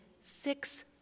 six